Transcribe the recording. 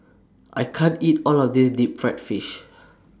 I can't eat All of This Deep Fried Fish